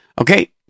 Okay